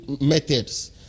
methods